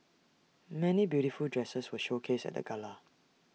many beautiful dresses were showcased at the gala